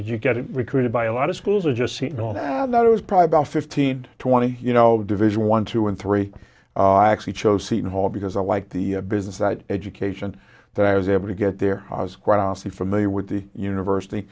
is you getting recruited by a lot of schools or just seen that it was probably about fifteen twenty you know division one two and three actually chose seton hall because i like the business that education that i was able to get there was quite honestly familiar with the university